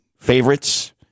Favorites